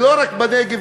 ולא רק בנגב,